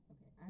Okay